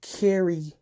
carry